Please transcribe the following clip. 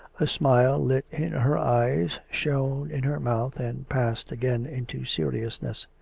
a smile lit in her eyes, shone in her mouth, and passed again into seriousness.